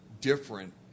different